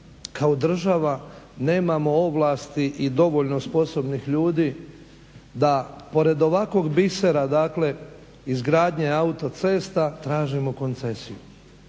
kao država nemamo ovlasti i dovoljno sposobnih ljudi da pored ovakvog bisera, dakle izgradnje autocesta tražimo koncesiju.